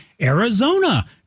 Arizona